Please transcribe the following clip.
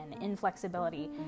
inflexibility